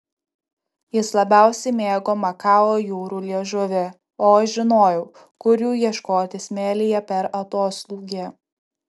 jis labiausiai mėgo makao jūrų liežuvį o aš žinojau kur jų ieškoti smėlyje per atoslūgį